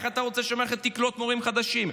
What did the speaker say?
איך אתה רוצה שהמערכת תקלוט מורים חדשים?